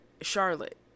Charlotte